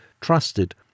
trusted